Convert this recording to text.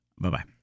Bye-bye